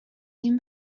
این